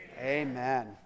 Amen